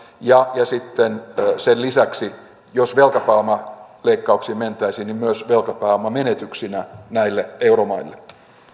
ja sitten sen lisäksi jos velkapääomaleikkauksiin mentäisiin myös velkapääomamenetyksinä näille euromaille